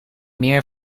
meer